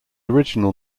original